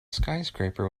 skyscraper